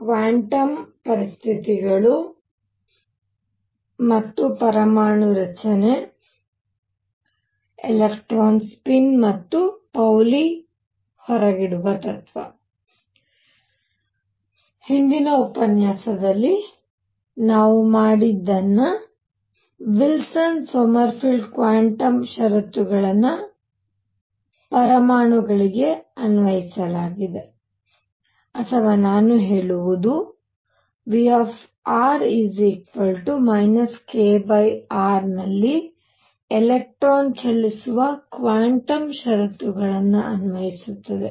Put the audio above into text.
quantum ಪರಿಸ್ಥಿತಿಗಳು ಮತ್ತು ಪರಮಾಣು ರಚನೆ ಎಲೆಕ್ಟ್ರಾನ್ ಸ್ಪಿನ್ ಮತ್ತು ಪೌಲಿ ಹೊರಗಿಡುವ ತತ್ವ ಹಿಂದಿನ ಉಪನ್ಯಾಸದಲ್ಲಿ ನಾವು ಮಾಡಿದ್ದನ್ನು ವಿಲ್ಸನ್ ಸೊಮರ್ಫೆಲ್ಡ್ ಕ್ವಾಂಟಮ್ ಷರತ್ತುಗಳನ್ನು ಪರಮಾಣುಗಳಿಗೆ ಅನ್ವಯಿಸಲಾಗಿದೆ ಅಥವಾ ನಾನು ಹೇಳುವುದು V kr ನಲ್ಲಿ ಎಲೆಕ್ಟ್ರಾನ್ ಚಲಿಸುವ ಕ್ವಾಂಟಮ್ ಷರತ್ತುಗಳನ್ನು ಅನ್ವಯಿಸುತ್ತದೆ